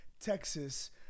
Texas